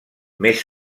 més